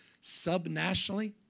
sub-nationally